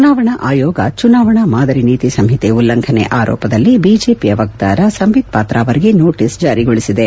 ಚುನಾವಣಾ ಆಯೋಗ ಚುನಾವಣಾ ಮಾದರಿ ನೀತಿ ಸಂಹಿತೆ ಉಲ್ಲಂಘನೆ ಆರೋಪದಲ್ಲಿ ಬಿಜೆಪಿಯ ವಕ್ತಾರ ಸಂಬಿತ್ ಪಾತ್ರ ಅವರಿಗೆ ನೋಟಿಸ್ ಜಾರಿಗೊಳಿಸಿದೆ